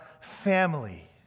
family